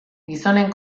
gizonen